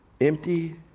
empty